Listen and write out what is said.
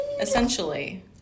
Essentially